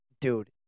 Dude